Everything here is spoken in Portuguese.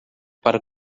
para